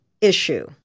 issue